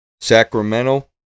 Sacramento